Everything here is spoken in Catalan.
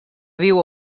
viu